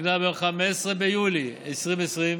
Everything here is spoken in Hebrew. תוקנה ביום 15 ביולי 2020,